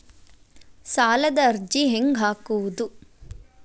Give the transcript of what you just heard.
ಸಾಲದ ಅರ್ಜಿ ಹೆಂಗ್ ಹಾಕುವುದು?